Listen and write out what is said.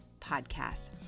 podcast